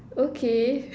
okay